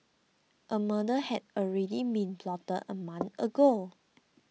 a murder had already been plotted a month ago